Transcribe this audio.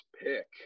pick